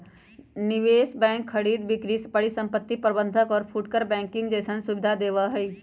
निवेश बैंक खरीद बिक्री परिसंपत्ति प्रबंध और फुटकर बैंकिंग जैसन सुविधा देवा हई